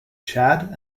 chad